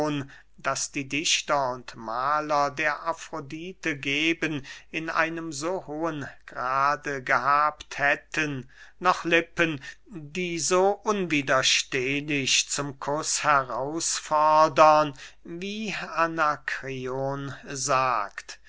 das die dichter und mahler der afrodite geben in einem so hohen grade gehabt hätten noch lippen die so unwiderstehlich zum kuß herausfordern wie anakreon sagt